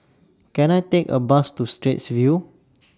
Can I Take A Bus to Straits View